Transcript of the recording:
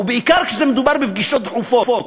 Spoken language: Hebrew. ובעיקר כשמדובר בפגישות דחופות.